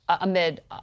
amid